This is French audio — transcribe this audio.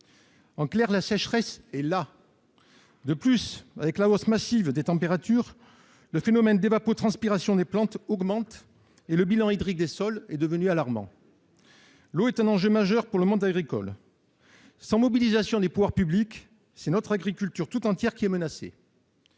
clairs, la sécheresse est là. De plus, avec la hausse massive des températures, le phénomène d'évapotranspiration des plantes augmente et le bilan hydrique des sols devient alarmant. L'eau est un enjeu majeur pour le monde agricole. Sans mobilisation des pouvoirs publics, c'est notre agriculture tout entière qui sera menacée.